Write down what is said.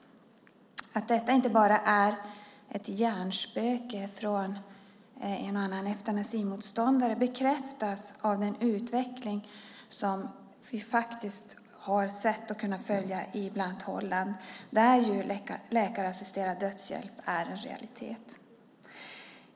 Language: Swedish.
Att detta inte bara är ett hjärnspöke för en och annan eutanasimotståndare bekräftas av den utveckling som vi faktiskt har sett och kunnat följa i bland annat Holland. Där är läkarassisterad dödshjälp en realitet.